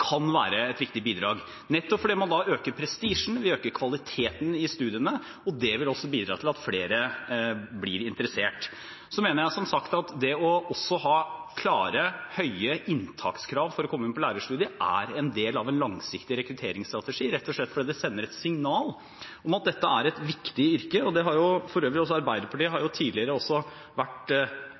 kan være et viktig bidrag, nettopp fordi man da øker prestisjen til og kvaliteten på studiene, og det vil også bidra til at flere blir interessert. Så mener jeg som sagt at også det å ha klare, høye inntakskrav for å komme inn på lærerstudiet er en del av en langsiktig rekrutteringsstrategi, rett og slett fordi det sender et signal om at dette er et viktig yrke. For øvrig har Arbeiderpartiet tidligere vært aktiv i denne sal for